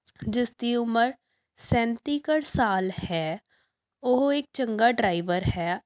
ਜਿਸ ਦੀ ਉਮਰ ਸੈਂਤੀ ਕੁ ਸਾਲ ਹੈ ਉਹ ਇੱਕ ਚੰਗਾ ਡਰਾਈਵਰ ਹੈ